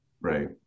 Right